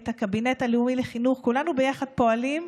את הקבינט הלאומי לחינוך, כולנו פועלים ביחד,